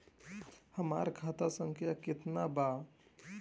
हमरा खाता संख्या केतना बा?